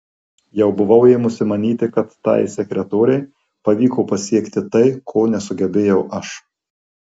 jau buvau ėmusi manyti kad tai sekretorei pavyko pasiekti tai ko nesugebėjau aš